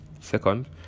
second